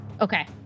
Okay